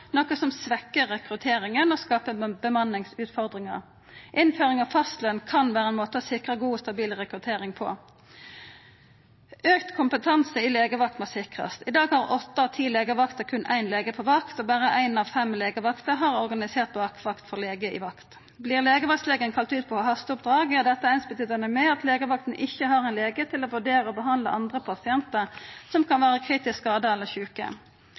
noko som svekkjer rekrutteringa og skaper bemanningsutfordringar. Innføring av fastløn kan vera ein måte å sikra god og stabil rekruttering på. Auka kompetanse i legevaktene må sikrast. I dag har åtte av ti legevakter berre éin lege på vakt, og berre ei av fem legevakter har organisert bakvakt for lege i vakt. Dersom legevaktlegen vert kalla ut på hasteoppdrag, betyr dette det same som at legevakta ikkje har ein lege til å vurdera og behandla andre pasientar som kan vera kritisk skada eller sjuke.